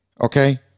Okay